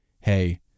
hey